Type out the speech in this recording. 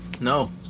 no